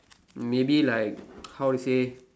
maybe like how to say